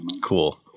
Cool